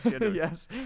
yes